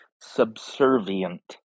subservient